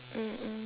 mm mm